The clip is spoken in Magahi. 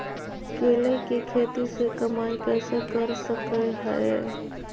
केले के खेती से कमाई कैसे कर सकय हयय?